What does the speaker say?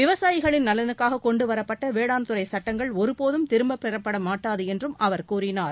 விவசாயிகளின் நலனுக்காக கொண்டு வரப்பட்ட வேளாண் துறை சட்டங்கள் ஒருபோதும் திரும்பப் பெறப்பட மாட்டாது என்றம் அவர் கூறினார்